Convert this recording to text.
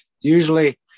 usually